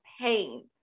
pain